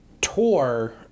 tour